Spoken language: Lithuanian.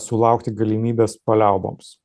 sulaukti galimybės paliauboms